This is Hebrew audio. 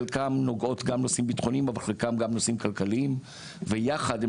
חלקם נוגעות בנושאים בטחונים וחלקם בנושאים כלכליים ויחד הם